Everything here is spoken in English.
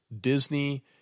Disney